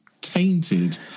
tainted